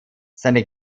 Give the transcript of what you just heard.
seine